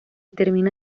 termina